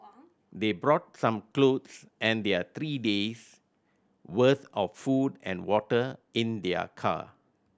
they brought some clothes and there three days' worth of food and water in their car